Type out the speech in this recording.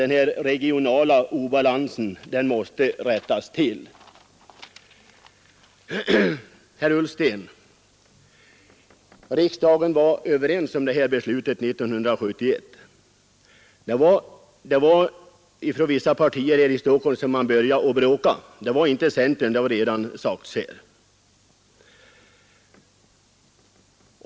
Den regionala obalansen måste emellertid rättas till! Herr Ullsten! Riksdagen var ju överens om detta beslut 1971, och det var i vissa partier här i Stockholm som man började bråka. Som redan sagts var det inte centern som gjorde det.